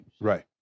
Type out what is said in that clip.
Right